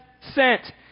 sent